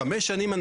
5 שנים אנחנו